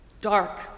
dark